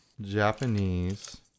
Japanese